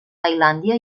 tailàndia